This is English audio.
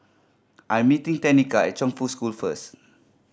I'm meeting Tenika at Chongfu School first